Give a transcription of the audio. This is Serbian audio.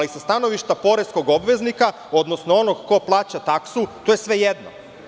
Sa stanovišta poreskog obveznika, odnosno onog ko plaća taksu, to je svejedno.